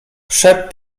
szept